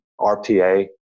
RPA